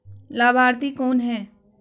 लाभार्थी कौन है?